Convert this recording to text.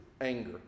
anger